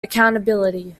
accountability